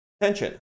attention